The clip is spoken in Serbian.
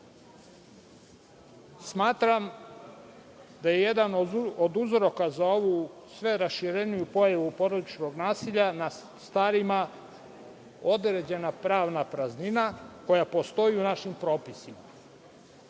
Smatram da je jedan od uzoraka za ovu sve rašireniju pojavu porodičnog nasilja nad starima određena pravna praznina koja postoji u našim propisima. Naime,